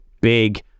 big